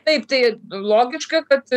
taip tai logiška kad